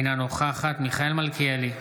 אינה נוכחת מיכאל מלכיאלי,